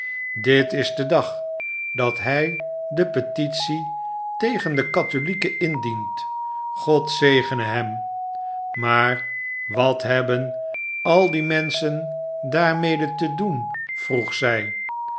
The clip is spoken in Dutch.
dit is de dag dat hij de petitie tegen de katholijken indient god zegene hem maar wat hebben al die menschen daarmede te doen vroeg z